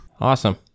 Awesome